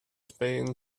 spain